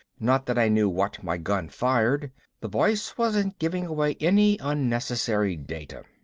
not that i knew what my gun fired the voice wasn't giving away any unnecessary data.